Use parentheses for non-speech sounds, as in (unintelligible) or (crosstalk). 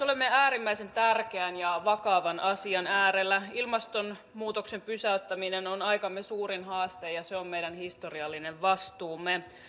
(unintelligible) olemme äärimmäisen tärkeän ja vakavan asian äärellä ilmastonmuutoksen pysäyttäminen on aikamme suurin haaste ja se on meidän historiallinen vastuumme